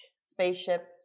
spaceship